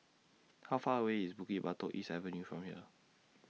How Far away IS Bukit Batok East Avenue from here